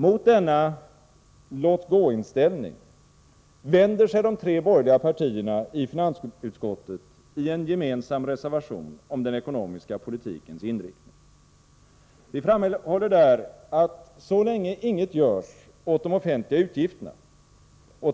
Mot denna låt-gå-inställning vänder sig de tre borgerliga partierna i finansutskottet i en gemensam reservation om den ekonomiska politikens inriktning. Vi framhåller där, att så länge inget görs åt de offentliga utgifterna,